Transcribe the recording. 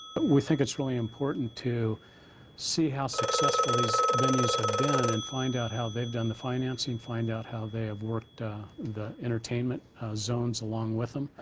we think it's really important see how successful these venues have been and find out how they have done the financing, find out how they have worked the entertainment zones along with them.